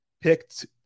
picked